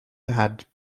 had